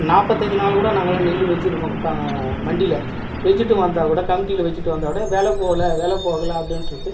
நாற்பத்தஞ்சி நாள் கூட நாங்கள்லாம் நெல் வச்சுருக்கோம் மண்டியில் வச்சுட்டு வந்தால் கூட கமிட்டியில் வச்சிட்டு வந்தால் கூட வெலை போகல வெலை போகல அப்படின்றது